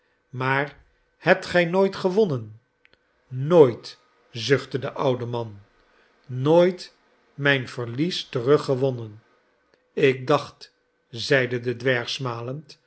maar hebt gij nooit gewonnen nooit zuchtte de oude man nooit mijn verlies terug gewonnen ik dacht zeide de dwerg smalend